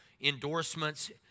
endorsements